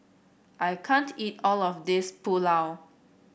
I can't eat all of this Pulao